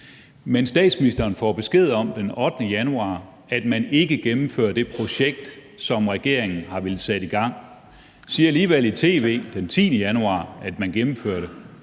Men statsministeren får den 8. januar besked om, at man ikke gennemfører det projekt, som regeringen har villet sætte i gang, og siger alligevel i tv den 10. januar, at man gennemfører det.